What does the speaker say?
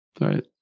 Right